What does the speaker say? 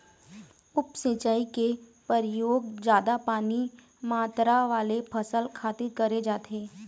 उप सिंचई के परयोग जादा पानी मातरा वाले फसल खातिर करे जाथे